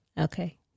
Okay